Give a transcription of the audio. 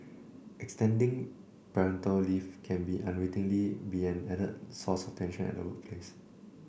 extending parental leave can unwittingly be an added source of tension at the workplace